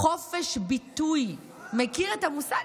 חופש ביטוי, מכיר את המושג?